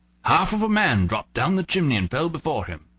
half of a man dropped down the chimney and fell before him.